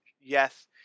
yes